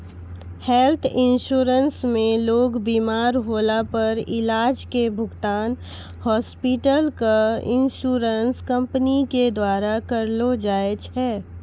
health insurance मे लोग बिमार होला पर इलाज के भुगतान हॉस्पिटल क इन्शुरन्स कम्पनी के द्वारा करलौ जाय छै